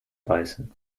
beißen